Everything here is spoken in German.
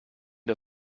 der